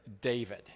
David